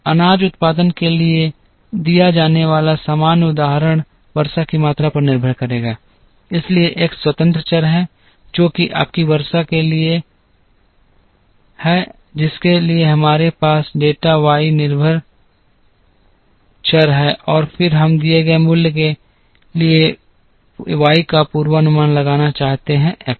अनाज उत्पादन के लिए दिया जाने वाला सामान्य उदाहरण वर्षा की मात्रा पर निर्भर करेगा इसलिए x स्वतंत्र चर है जो कि आपकी वर्षा है जिसके लिए हमारे पास डेटा y निर्भर चर है और फिर हम दिए गए मूल्य के लिए y का पूर्वानुमान लगाना चाहते हैं एक्स